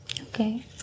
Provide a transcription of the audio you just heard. Okay